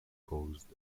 caused